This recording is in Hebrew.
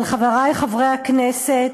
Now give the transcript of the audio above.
אבל, חברי חברי הכנסת,